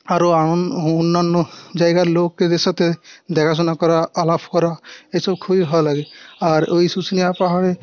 আরও অন্যান্য জায়গার লোক এদের সাথে দেখা শোনা করা আলাপ করা এসব খুবই ভালো লাগে আর ওই শুশুনিয়া পাহাড়ে